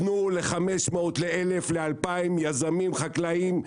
תנו ל-500, ל-1,000, ל-2,000 יזמים חקלאים.